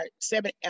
seven